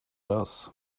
raz